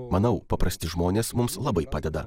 manau paprasti žmonės mums labai padeda